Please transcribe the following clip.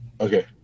Okay